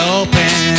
open